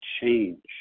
change